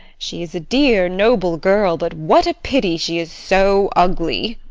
she is a dear, noble girl, but what a pity she is so ugly!